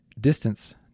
Distance